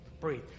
breathe